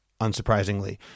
unsurprisingly